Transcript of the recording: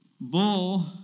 bull